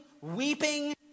weeping